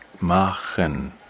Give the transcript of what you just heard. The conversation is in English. machen